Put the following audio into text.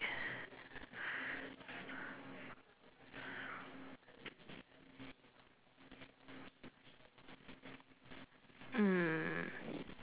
mm